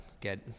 get